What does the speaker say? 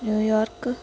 New York